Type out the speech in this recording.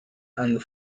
and